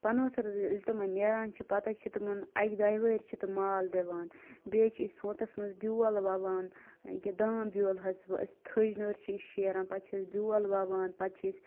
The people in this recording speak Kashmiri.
پنہ ؤتھٕر ییٚلہِ تمن نیران چھِ پتے چھِ تمن اکہ دۄیہِ وٕہٕر چھِ تم مال دِوان بیٚیہِ چھِ أسۍ سونتَس مَنٛز بیول وَوان أکیاہ دانہِ بیول حظ چھِ أسۍ تھٔج نٲرۍ چھِ أسۍ شیران پتہٕ چھِ أسۍ بیول وَوان پَتہٕ چھِ أسۍ